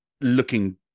looking